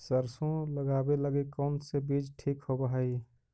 सरसों लगावे लगी कौन से बीज ठीक होव हई?